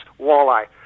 walleye